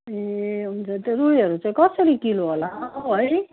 ए हुन्छ त्यो रुईहरू चाहिँ कसरी किलो होला हौ है